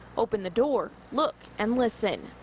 open the doors, look and listen.